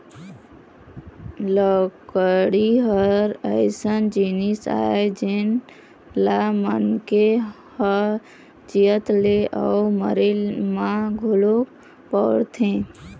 लकड़ी ह अइसन जिनिस आय जेन ल मनखे ह जियत ले अउ मरे म घलोक बउरथे